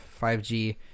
5g